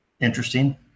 interesting